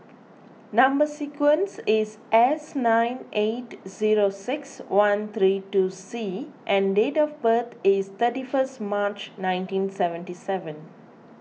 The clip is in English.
Number Sequence is S nine eight zero six one three two C and date of birth is thirty first March nineteen seventy seven